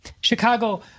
Chicago